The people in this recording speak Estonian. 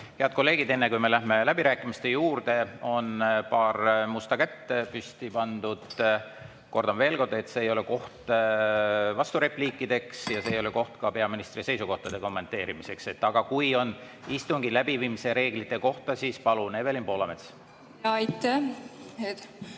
Head kolleegid! Enne kui me läheme läbirääkimiste juurde, on paar musta kätt püsti pandud. Kordan veel kord, et see ei ole koht vasturepliikideks ja see ei ole ka koht peaministri seisukohtade kommenteerimiseks. Aga kui on [küsimus] istungi läbiviimise reeglite kohta, siis palun. Evelin Poolamets. Aitäh,